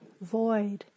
void